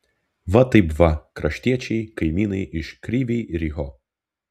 va taip va kraštiečiai kaimynai iš kryvyj riho